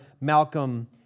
Malcolm